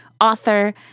author